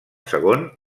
segon